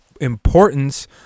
importance